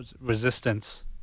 resistance